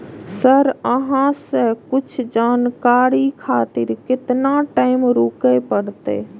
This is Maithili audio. सर अहाँ से कुछ जानकारी खातिर केतना टाईम रुके परतें?